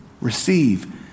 receive